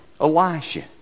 Elisha